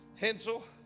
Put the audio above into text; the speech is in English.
Hensel